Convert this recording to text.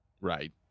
Right